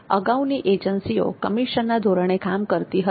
અગાઉની એજન્સીઓ કમિશનના ધોરણે કામ કરતી હતી